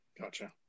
Gotcha